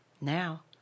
now